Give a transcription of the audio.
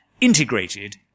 integrated